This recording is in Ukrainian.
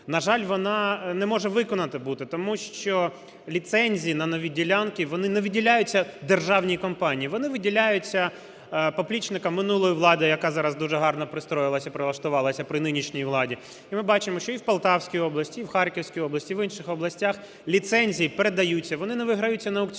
На жаль, вона не може виконана бути, тому що ліцензії на нові ділянки, вони не виділяються державній компанії, вони виділяються поплічникам минулої влади, яка зараз дуже гарно пристроїлась і прилаштувалася при нинішній владі. І ми бачимо, що і в Полтавській області, і в Харківській області, і в інших областях ліцензії передаються. Вони не виграються на аукціонах,